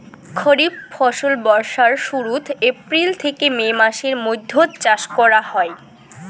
খরিফ ফসল বর্ষার শুরুত, এপ্রিল থেকে মে মাসের মৈধ্যত চাষ করা হই